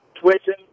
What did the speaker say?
twitching